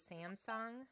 Samsung